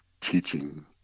teaching